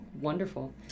wonderful